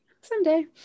someday